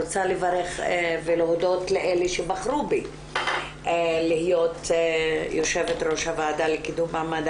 רוצה לברך ולהודות לאלה שבחרו בי להיות יו"ר הוועדה לקידום מעמד